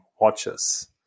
watches